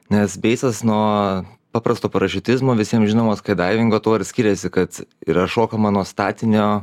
nes beisas nuo paprasto parašiutizmo visiems žinomo skaidaivingo tuo ir skiriasi kad yra šokama nuo statinio